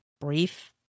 brief